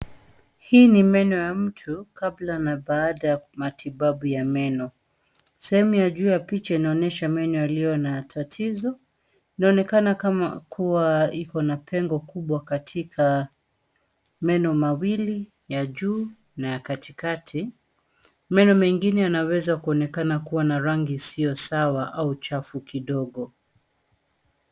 Hii ni meno ya mtu kabla na baada ya matibabu ya meno. Sehemu ya juu ya picha inaonyesha meno yaliyo na tatizo. Inaonekana kuwa ikona pengo kubwa katika meno mawili ya juu na ya katikati. Meno mengine yanaweza kuonekana kuwa na rangi isiyo sawa au chafu kidogo.